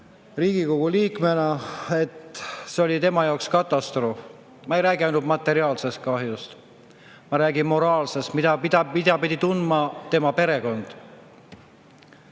Riigikogu liikmena. See oli tema jaoks katastroof. Ma ei räägi ainult materiaalsest kahjust. Ma räägin moraalsest, mida pidi tundma tema perekond.